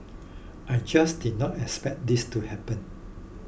I just did not expect this to happen